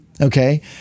Okay